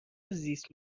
زیست